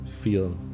feel